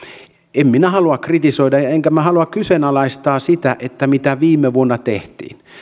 en minä halua kritisoida enkä minä halua kyseenalaistaa sitä mitä viime vuonna tehtiin